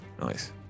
Nice